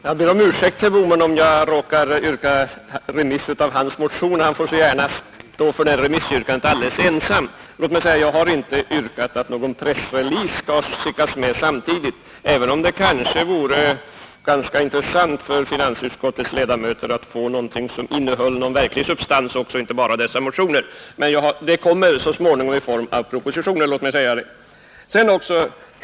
Herr talman! Jag ber herr Bohman om ursäkt för att jag råkade yrka på remiss av hans motion. Han får så gärna stå för det remissyrkandet alldeles ensam. Jag har inte yrkat att någon press-release skall skickas med samtidigt, även om det kanske vore ganska intressant för finansutskottets ledamöter att få någonting som innehöll en verklig substans och inte bara dessa motioner. Låt mig säga att det kommer så småningom i form av propositioner.